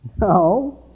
No